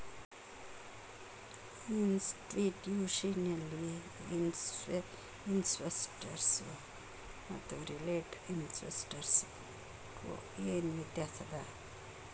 ಇನ್ಸ್ಟಿಟ್ಯೂಷ್ನಲಿನ್ವೆಸ್ಟರ್ಸ್ಗು ಮತ್ತ ರಿಟೇಲ್ ಇನ್ವೆಸ್ಟರ್ಸ್ಗು ಏನ್ ವ್ಯತ್ಯಾಸದ?